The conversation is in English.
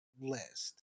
list